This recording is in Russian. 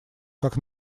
как